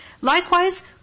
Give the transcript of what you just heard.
Likewise